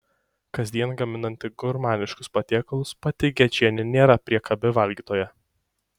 kasdien gaminanti gurmaniškus patiekalus pati gečienė nėra priekabi valgytoja